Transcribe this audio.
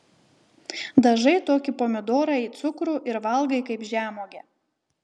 dažai tokį pomidorą į cukrų ir valgai kaip žemuogę